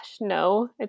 no